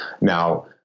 now